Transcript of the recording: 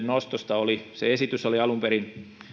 nostosta se esitys oli alun perin